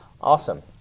Awesome